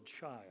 child